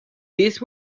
these